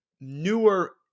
newer